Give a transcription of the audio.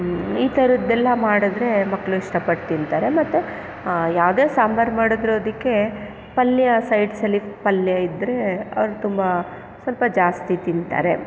ಈ ಥರದ್ದೆಲ್ಲ ಮಾಡಿದ್ರೆ ಮಕ್ಕಳು ಇಷ್ಟಪಟ್ಟು ತಿಂತಾರೆ ಮತ್ತು ಯಾವುದೇ ಸಾಂಬಾರು ಮಾಡಿದರೂ ಅದಕ್ಕೆ ಪಲ್ಯ ಸೈಡ್ಸಲ್ಲಿ ಪಲ್ಯ ಇದ್ದರೆ ಅವ್ರು ತುಂಬ ಸ್ವಲ್ಪ ಜಾಸ್ತಿ ತಿಂತಾರೆ